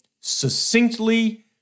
succinctly